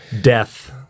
death